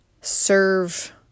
serve